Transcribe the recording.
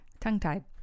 tongue-tied